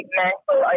mental